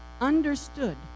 understood